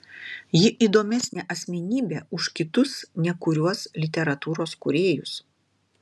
ji įdomesnė asmenybė už kitus nekuriuos literatūros kūrėjus